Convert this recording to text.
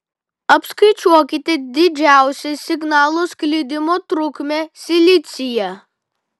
apskaičiuokite didžiausią signalo sklidimo trukmę silicyje